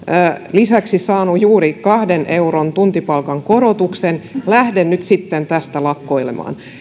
lisäksi olen juuri saanut kahden euron tuntipalkan korotuksen lähde nyt sitten tästä lakkoilemaan